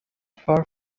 far